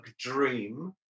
dream